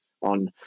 on